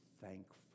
thankful